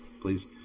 Please